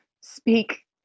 speak